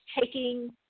taking